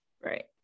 right